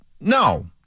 No